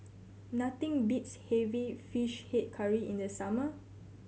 nothing beats having Fish Head Curry in the summer